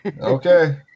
Okay